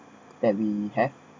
that we have